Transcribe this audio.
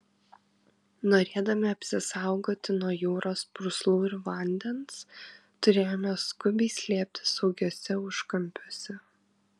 norėdami apsisaugoti nuo jūros purslų ir vandens turėjome skubiai slėptis saugiuose užkampiuose